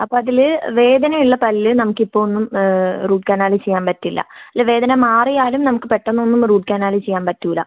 അപ്പം അതില് വേദനയുള്ള പല്ല് നമുക്ക് ഇപ്പൊൾ ഒന്ന് റൂട്ട് കനാൽ ചെയ്യാൻ പറ്റില്ല ഇല്ല വേദന മാറിയാലും നമുക്ക് പെട്ടന്നൊന്നും റൂട്ട് കനാല് ചെയ്യാൻ പറ്റൂല്ല